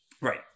Right